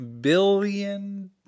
billion